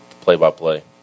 play-by-play